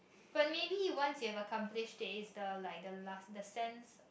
but maybe once you have accomplished it it's the like the sense